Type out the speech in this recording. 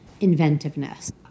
inventiveness